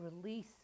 release